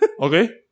Okay